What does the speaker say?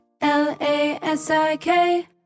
L-A-S-I-K